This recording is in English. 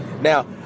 Now